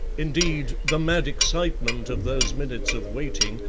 indeed, the mad excitement of those minutes of waiting,